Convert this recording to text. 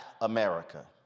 America